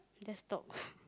just stop